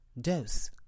Dose